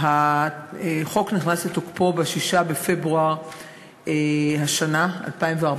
החוק נכנס לתוקפו ב-6 בפברואר השנה, 2014,